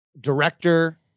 director